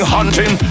Hunting